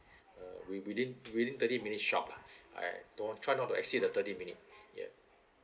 uh with~ within within thirty minutes sharp lah I don't try not to exceed the thirty minute yup